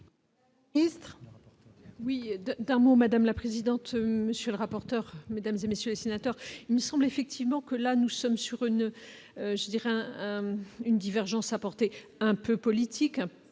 madame la présidente, monsieur le rapporteur, mesdames et messieurs les sénateurs, il me semble effectivement que là nous sommes sur une je dirais un une divergence apporter un peu politique